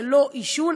זה לא עישון.